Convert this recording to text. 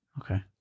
Okay